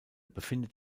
befindet